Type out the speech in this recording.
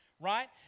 Right